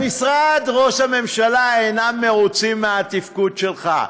במשרד ראש הממשלה לא מרוצים מהתפקוד שלך.